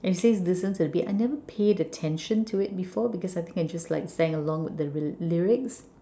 and he says listen to the beats I never paid attention to it before because I think I just like sang along with the lyrics